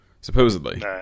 supposedly